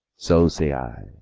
so say i.